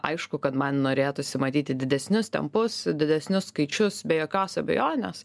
aišku kad man norėtųsi matyti didesnius tempus didesnius skaičius be jokios abejonės